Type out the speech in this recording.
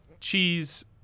cheese